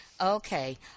Okay